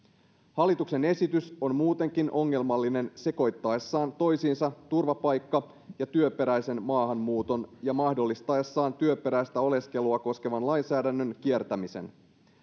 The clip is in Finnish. hallituksen esitys on muutenkin ongelmallinen sekoittaessaan toisiinsa turvapaikka ja työperäisen maahanmuuton ja mahdollistaessaan työperäistä oleskelua koskevan lainsäädännön kiertämisen